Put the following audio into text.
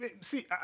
See